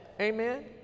Amen